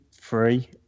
free